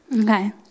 Okay